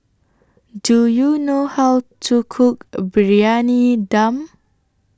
Do YOU know How to Cook A Briyani Dum